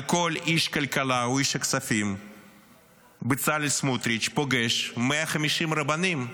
על כל איש כלכלה או איש כספים בצלאל סמוטריץ' פוגש 150 רבנים.